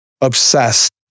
obsessed